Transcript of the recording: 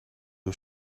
you